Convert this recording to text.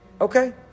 Okay